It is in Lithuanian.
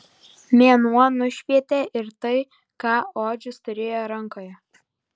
mėnuo nušvietė ir tai ką odžius turėjo rankoje